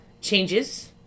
changes